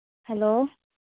hello